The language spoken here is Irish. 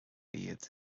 iad